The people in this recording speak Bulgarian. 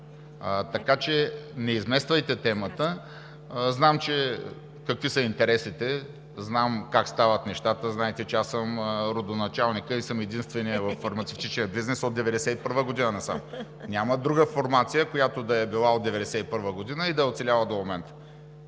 Така че не измествайте темата. Знам какви са интересите. Знам как стават нещата. Знаете, че аз съм родоначалникът и съм единственият във фармацевтичния бизнес от 1991 г. насам. Няма друга формация, която да е била от 1991 г. и да е оцеляла до момента.